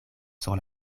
sur